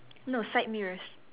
no side mirrors